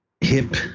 hip